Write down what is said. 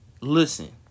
listen